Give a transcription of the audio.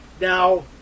now